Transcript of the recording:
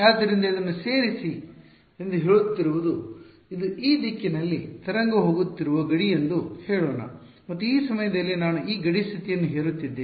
ಆದ್ದರಿಂದ ಇದನ್ನು ಸೇರಿಸಿ ಎಂದು ಹೇಳುತ್ತಿರುವುದು ಇದು ಈ ದಿಕ್ಕಿನಲ್ಲಿ ತರಂಗವು ಹೋಗುತ್ತಿರುವ ಗಡಿ ಎಂದು ಹೇಳೋಣ ಮತ್ತು ಈ ಸಮಯದಲ್ಲಿ ನಾನು ಈ ಗಡಿ ಸ್ಥಿತಿಯನ್ನು ಹೇರುತ್ತಿದ್ದೇನೆ